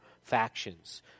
factions